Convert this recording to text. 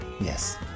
yes